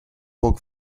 walk